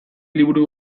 liburu